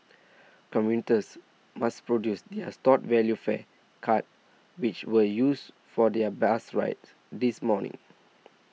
commuters must produce their stored value fare cards which were used for their bus rides this morning